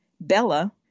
Bella